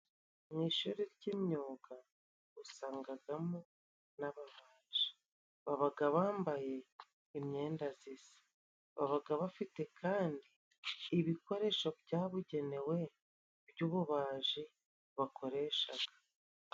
Mu ishuri ry'imyuga usangagamo n'ababaji. Babaga bambaye imyenda zisi, babaga bafite kandi ibikoresho byabugenewe by'ububaji bakoreshaga.